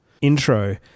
intro